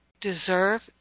deserve